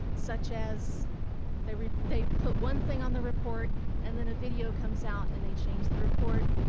such as they they put one thing on the report and then a video comes out and they change the report.